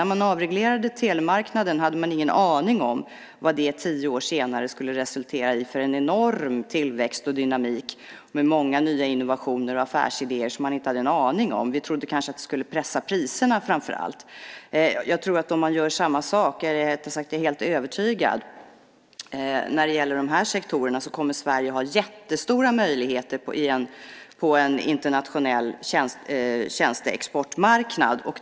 När man avreglerade telemarknaden hade man ingen aning om vad det tio år senare skulle resultera i för en enorm tillväxt och dynamik. Det var många nya innovationer och affärsidéer som man inte hade en aning om. Vi trodde kanske att det skulle pressa priserna framför allt. Jag är helt övertygad om att om man gör samma sak när det gäller dessa sektorer kommer Sverige att ha jättestora möjligheter på en internationell tjänsteexportmarknad.